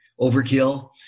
overkill